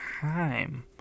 time